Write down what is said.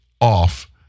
off